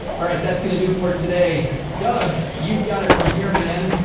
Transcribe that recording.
all right, that's going to do it for today, doug. you've got it from here, man.